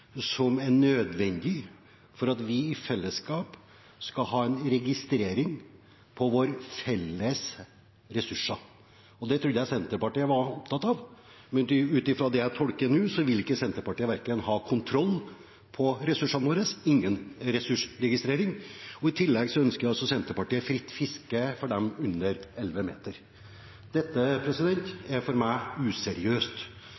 registrering av våre felles ressurser. Det trodde jeg Senterpartiet var opptatt av, men slik jeg tolker det nå, vil Senterpartiet ikke ha kontroll på ressursene våre – ingen ressursregistrering – og i tillegg ønsker Senterpartiet fritt fiske for båter under 11 meter.